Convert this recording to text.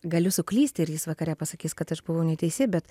galiu suklysti ir jis vakare pasakys kad aš buvau neteisi bet